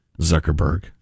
Zuckerberg